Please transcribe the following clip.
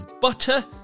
Butter